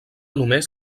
només